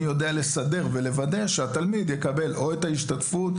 אני יודע לסדר ולוודא שהתלמיד יקבל או את ההשתתפות,